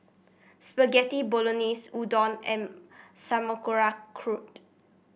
Spaghetti Bolognese Udon and Sauerkraut